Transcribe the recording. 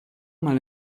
mal